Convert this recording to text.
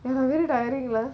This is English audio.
ya very tiring lah